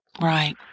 Right